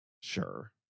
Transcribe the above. Sure